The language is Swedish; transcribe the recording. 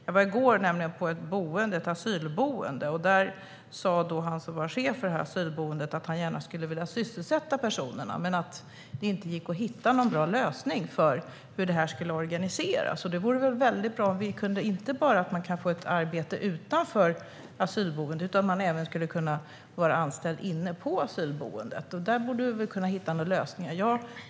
Jag var i går på ett asylboende, och chefen för boendet sa att han gärna skulle vilja sysselsätta personerna men att det inte gick att hitta någon bra lösning för hur det skulle organiseras. Det vore väl väldigt bra om människor inte bara kunde få ett arbete utanför asylboendet utan även kunde vara anställda inne på asylboendet. Där borde vi väl kunna hitta några lösningar.